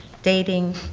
dating,